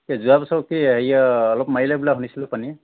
কে যোৱা বছৰ কি হেৰি অলপ মাৰিলে বোলা শুনিছিলোঁ পানীয়ে